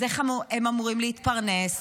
אז איך הם אמורים להתפרנס?